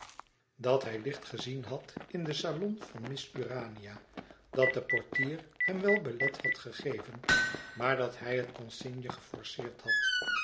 dat hij licht gezien had in den salon van miss urania dat de portier hem wel belet had gegeven maar dat hij het consigne geforceerd had